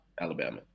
Alabama